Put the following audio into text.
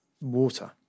water